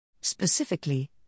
Specifically